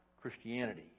Christianity